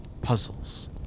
puzzles